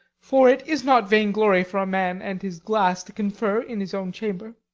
for it is not vain-glory for a man and his glass to confer in his own chamber